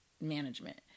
management